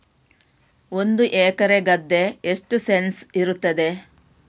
ಒಂದು ಎಕರೆ ಗದ್ದೆ ಎಷ್ಟು ಸೆಂಟ್ಸ್ ಇರುತ್ತದೆ?